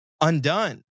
undone